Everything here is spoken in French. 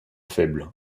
faible